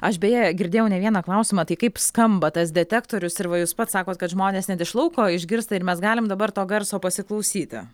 aš beje girdėjau ne vieną klausimą tai kaip skamba tas detektorius ir va jūs pats sakot kad žmonės net iš lauko išgirsta ir mes galim dabar to garso pasiklausyt